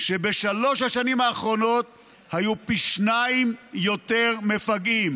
שבשלוש השנים האחרונות היו פי שניים יותר מפגעים